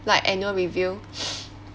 like annual review